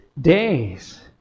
days